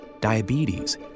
diabetes